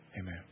Amen